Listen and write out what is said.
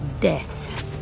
death